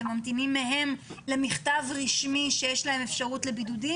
האם אתם ממתינים מהם למכתב רשמי שיש אפשרות לבידוד?